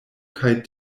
kaj